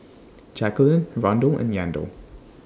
Jacalyn Rondal and Yandel